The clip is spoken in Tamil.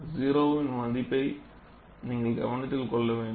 0 வின் மதிப்பை நீங்கள் கவனத்தில் கொள்ள வேண்டும்